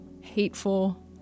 hateful